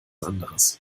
anderes